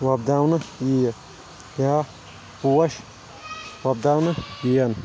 وۄپداونہٕ ییہِ یا پوش وۄپداونہٕ یِنۍ